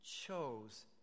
chose